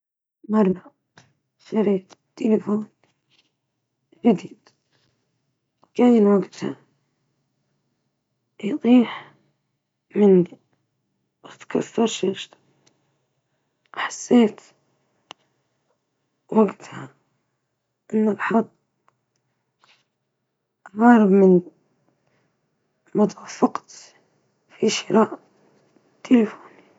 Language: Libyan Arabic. أحد الأوقات السيئة كانت عندما فقدت وظيفتي الأولى بسبب تغييرات في الشركة، شعرت بالإحباط لكن تعلمت منها الكثير.